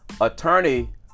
attorney